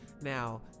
Now